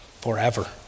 forever